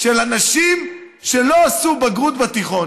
של אנשים שלא עשו בגרות בתיכון.